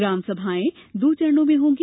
ग्राम सभाएं दो चरणों में होंगी